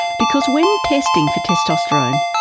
because when testing for testosterone,